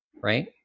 Right